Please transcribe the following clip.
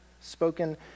spoken